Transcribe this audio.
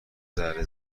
ذره